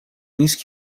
نیست